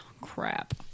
Crap